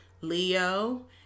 Leo